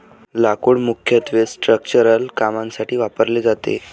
लाकूड मुख्यत्वे स्ट्रक्चरल कामांसाठी वापरले जाते